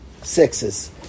Sixes